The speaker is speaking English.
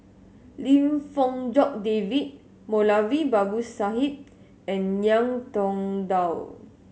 Lim Fong Jock David Moulavi Babu Sahib and Ngiam Tong Dow